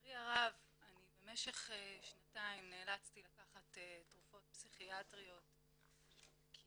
לצערי הרב אני במשך שנתיים נאלצתי לקחת תרופות פסיכיאטריות כי